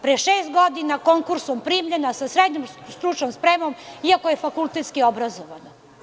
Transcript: Pre šest godina, konkursom primljena sa srednjom stručnom spremom iako je fakultetski obrazovana.